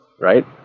right